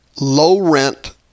low-rent